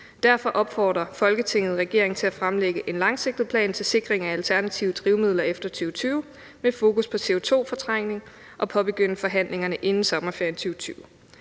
Derfor opfordrer Folketinget regeringen til at fremlægge en langsigtet plan til sikring af alternative drivmidler efter 2020 med fokus på CO2-fortrængning og påbegynde forhandlingerne inden sommerferien 2020.